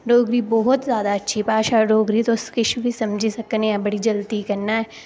डोगरी बहोत अच्छी भाशा डोगरी तुस किश बी समझी सकने आं बड़ी जल्दी कन्नै